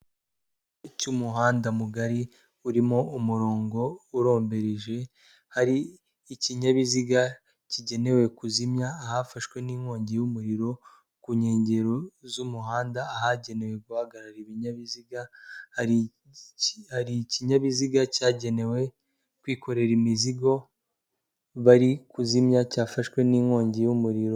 Icy'umuhanda mugari urimo umurongo urombereje, hari ikinyabiziga kigenewe kuzimya ahafashwe n'inkongi y'umuriro, ku nkengero z'umuhanda ahagenewe guhagarara ibinyabiziga hari ikinyabiziga cyagenewe kwikorera imizigo bari kuzimya cyafashwe n'inkongi y'umuriro.